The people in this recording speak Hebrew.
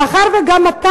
מאחר שגם אתה,